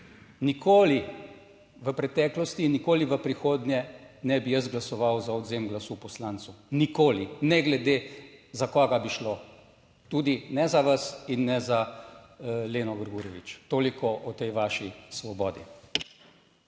nikoli v preteklosti, nikoli v prihodnje ne bi jaz glasoval za odvzem glasu poslancev, nikoli, ne glede za koga bi šlo, tudi ne za vas in ne za Leno Grgurevič. Toliko o tej vaši svobodi.